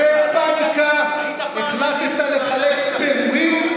בהתקפי פניקה החלטת לחלק פירורים,